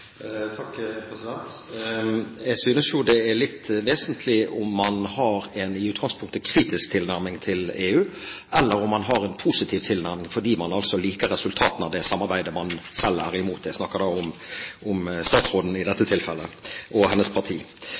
Jeg synes det er litt vesentlig om man i utgangspunktet har en kritisk tilnærming til EU, eller om man har en positiv tilnærming fordi man liker resultatene av det samarbeidet man selv er imot – jeg snakker da om statsråden i dette tilfellet og hennes parti.